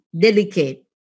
delicate